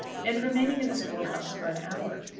and remaining in the school-house for an hour.